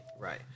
Right